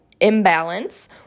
imbalance